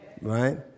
Right